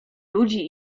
ludzi